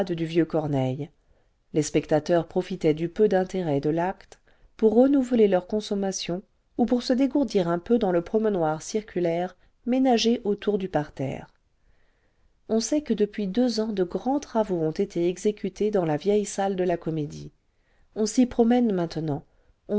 theatre français corneille les spectateurs profitaient du peu d'intérêt de l'acte pour renouveler leurs consommations ou pour se dégourdir un peu dans le promenoir circulaire ménagé autour du parterre on sait que depuis deux ans de grands travaux ont été exécutés dans la vieille salle de la comédie on s'y promène maintenant